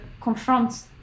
confront